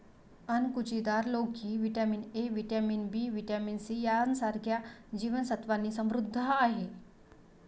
अणकुचीदार लोकी vitamin A, vitamin B, vitamin C यांसारख्या जीवन सत्त्वांनी समृद्ध आहे